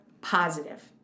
positive